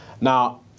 Now